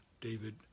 David